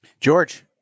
George